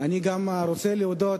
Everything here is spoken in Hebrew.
אני גם רוצה להודות,